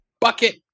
bucket